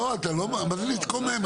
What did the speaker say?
לא, מה זה להתקומם?